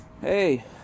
Hey